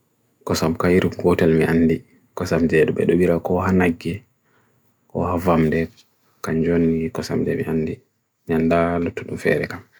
kosam kairu kotel mi handi, kosam zedu bedu bi ra kohanagi, kohavam de kanjoni kosam zedu mi handi. Niyanda lututu mfere kam.